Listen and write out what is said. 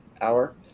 Hour